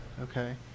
Okay